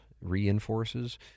reinforces